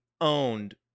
owned